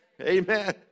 Amen